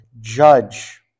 judge